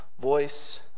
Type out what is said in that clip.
voice